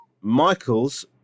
Michael's